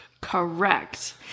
Correct